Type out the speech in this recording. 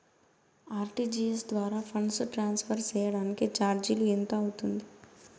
RTGS ద్వారా funds transfer సేయడానికి చార్జీలు ఎంత అవుతుంది